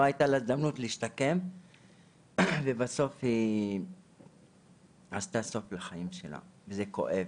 לא הייתה לה הזדמנות להשתקם ובסוף היא עשתה סוף לחיים שלה וזה כואב.